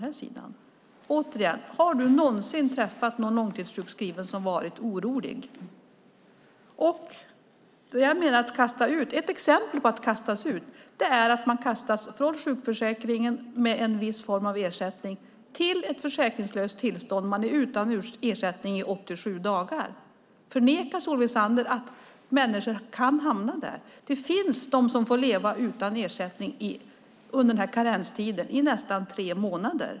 Har du någonsin träffat en långtidssjukskriven som varit orolig? Ett exempel på att kastas ut är att man kastas ut från sjukförsäkringen med en viss ersättning till ett försäkringslöst tillstånd. Man är utan ersättning i 87 dagar. Förnekar Solveig Zander att människor kan hamna där? Det finns de som får leva utan ersättning under karenstiden, i nästan tre månader.